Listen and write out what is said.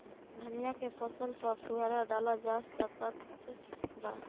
धनिया के फसल पर फुहारा डाला जा सकत बा?